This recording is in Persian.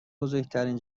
بزرگترین